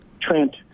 Trent